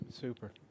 Super